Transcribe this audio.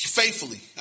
faithfully